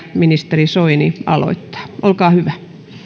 ministeri soini aloittaa olkaa hyvä